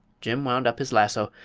jim wound up his lasso,